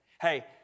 Hey